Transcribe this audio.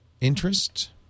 interest